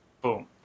Boom